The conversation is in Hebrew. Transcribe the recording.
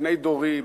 בני דורי,